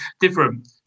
different